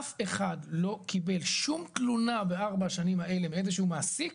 אף אחד לא קיבל שום תלונה בארבעת השנים האלה מאיזה שהוא מעסיק